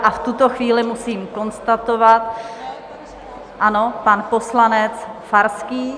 V tuto chvíli musím konstatovat ano, pan poslanec Farský?